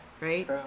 right